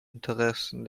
interessen